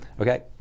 Okay